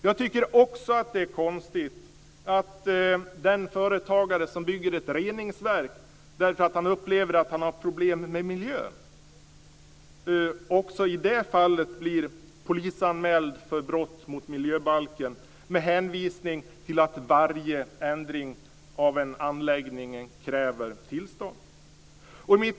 Jag tycker också att det är konstigt att den företagare som bygger ett reningsverk därför att han upplever problem med miljön blir polisanmäld för brott mot miljöbalken, med hänvisning till att varje ändring av en anläggning kräver tillstånd.